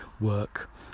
work